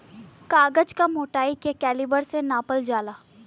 कागज क मोटाई के कैलीबर से नापल जाला